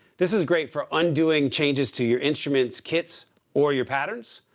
this is great for undoing changes to your instruments, kits or your patterns,